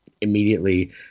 immediately –